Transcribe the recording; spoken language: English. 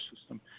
system